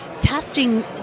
testing